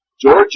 Georgia